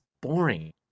boring